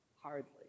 Hardly